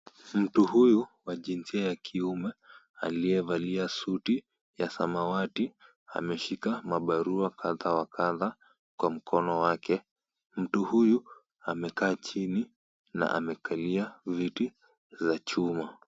Mtu huyu wa jinsia ya kiume aliyevalia suti ya samawati ameshika mabarua kadhaa wa kadhaa kwa mkono wake. Mtu huyu amekaa chini na amekalia viti za chuma.